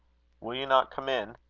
will you not come in?